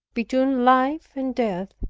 between life and death,